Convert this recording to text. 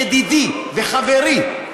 ידידי וחברי,